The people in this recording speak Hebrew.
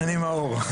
אני מאור.